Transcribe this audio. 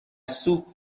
سوپ